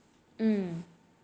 mm